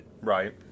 right